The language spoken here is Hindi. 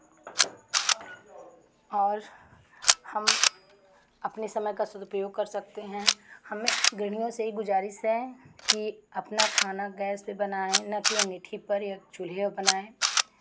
और हम अपने समय का सदुपयोग कर सकते हैं हमें गृहणियों से यही गुजारिश है कि अपना खाना गैस पे बनाएँ ना कि अंगीठी पर या चूल्हे पर बनाएँ